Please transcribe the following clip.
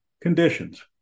conditions